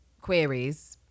queries